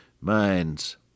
minds